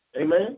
Amen